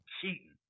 cheating